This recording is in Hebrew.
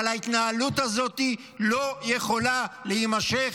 אבל ההתנהלות הזאת לא יכולה להימשך.